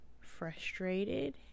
frustrated